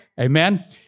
Amen